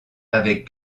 avec